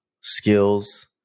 skills